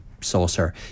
saucer